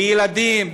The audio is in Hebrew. בילדים,